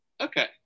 Okay